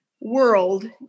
world